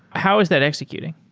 how is that executing?